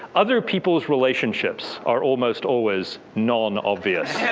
other people's relationships are almost always non-obvious.